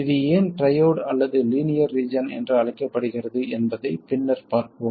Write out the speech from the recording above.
இது ஏன் ட்ரையோட் அல்லது லீனியர் ரீஜன் என்று அழைக்கப்படுகிறது என்பதை பின்னர் பார்ப்போம்